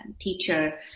teacher